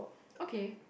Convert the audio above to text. okay